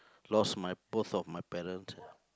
lost my both of my parent